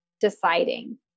deciding